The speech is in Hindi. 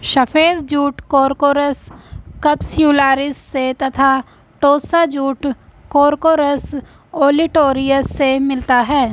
सफ़ेद जूट कोर्कोरस कप्स्युलारिस से तथा टोस्सा जूट कोर्कोरस ओलिटोरियस से मिलता है